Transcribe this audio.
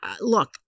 look